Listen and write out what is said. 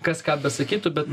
kas ką besakytų bet